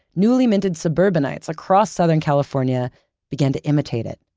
newly minted suburbanites across southern california began to imitate it.